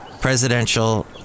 presidential